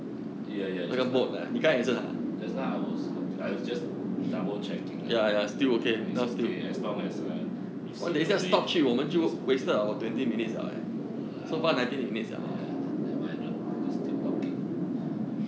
ya ya just now just now I was lo~ I was just double checking lah ah is okay as long as uh you see the wave then is okay no lah no lah ya nevermind don~ just talking